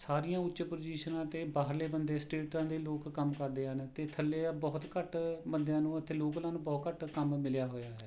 ਸਾਰੀਆਂ ਉੱਚ ਪੁਜੀਸ਼ਨਾਂ 'ਤੇ ਬਾਹਰਲੇ ਬੰਦੇ ਸਟੇਟਾਂ ਦੇ ਲੋਕ ਕੰਮ ਕਰਦੇ ਹਨ ਅਤੇ ਥੱਲੇ ਜਾਂ ਬਹੁਤ ਘੱਟ ਬੰਦਿਆਂ ਨੂੰ ਇੱਥੇ ਲੋਕਲਾਂ ਨੂੰ ਬਹੁਤ ਘੱਟ ਕੰਮ ਮਿਲਿਆ ਹੋਇਆ ਹੈ